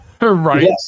right